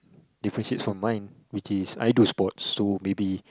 differentiate from mine which is I do sports so maybe